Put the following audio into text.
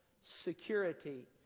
security